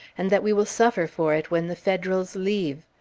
and that we will suffer for it when the federals leave.